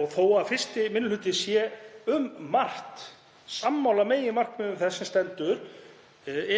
og þó að 1. minni hluti sé um margt sammála meginmarkmiðum þess sem stendur,